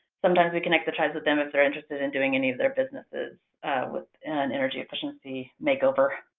sometimes we connect the tribes with them if they're interested in doing any of their businesses with an energy efficiency makeover.